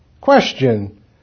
Question